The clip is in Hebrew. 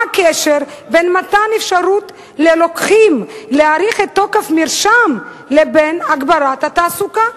מה הקשר בין מתן אפשרות לרוקחים להאריך תוקף מרשם לבין הגברת התעסוקה?